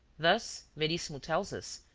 thus, verissimo tells us,